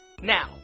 Now